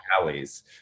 alleys